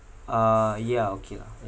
uh yeah okay lah